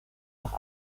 nach